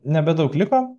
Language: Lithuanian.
nebedaug liko